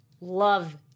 love